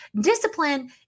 discipline